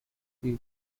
state